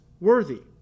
worthy